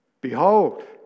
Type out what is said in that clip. Behold